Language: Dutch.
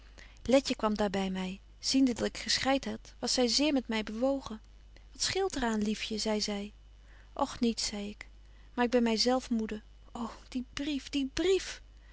letje kwam daar by my ziende dat ik geschreit had was zy zeer met my bewogen wat scheelt er aan liefje zei zy och niets zei ik maar ik ben my zelf moede ô die brief die brief